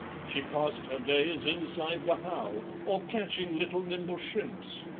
she passed her days inside the halle, or catching little nimble shrimps.